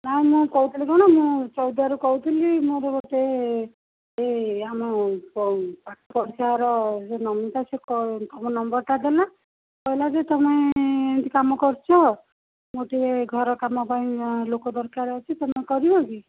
ନାହିଁ ମୁଁ କହୁଥିଲି କ'ଣ ମୁଁ ଚୌଦ୍ୱାରରୁ କହୁଥିଲି ମୋର ଗୋଟେ ଏଇ ଆମ ପାଖ ପଡ଼ିଶା ଘର ସେ ନମିତା ସେ ତମ ନମ୍ବରଟା ଦେଲା କହିଲା ଯେ ତମେ କାମ କରୁଛ ମୋର ଟିକେ ଘର କାମ ପାଇଁ ଲୋକ ଦରକାର ଅଛି ତମେ କରିବ କି